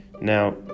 Now